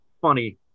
funny